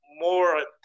more